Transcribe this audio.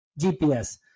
GPS